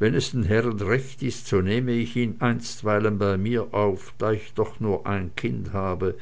wenn es den herren recht ist so nehme ich ihn einstweilen bei mir auf da ich doch nur ein kind habe